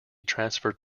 transferred